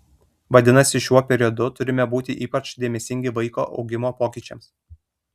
vadinasi šiuo periodu turime būti ypač dėmesingi vaiko augimo pokyčiams